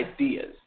ideas